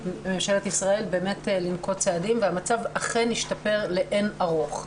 את ממשלת ישראל לנקוט צעדים והמצב אכן השתפר לאין ערוך.